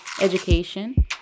education